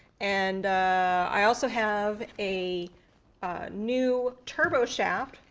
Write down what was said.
and i also have a new turbo shaft,